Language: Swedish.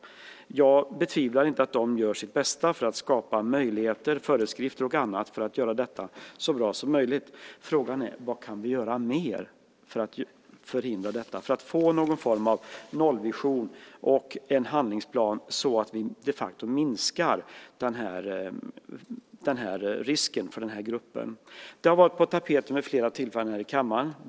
Jag betvivlar inte att de gör sitt bästa för att skapa möjligheter, föreskrifter och annat för att göra det hela så bra som möjligt. Frågan är: Vad mer kan vi göra för att förhindra självmorden och få någon form av nollvision och en handlingsplan så att vi de facto minskar risken för den gruppen? Frågan har varit på tapeten vid flera tillfällen i kammaren.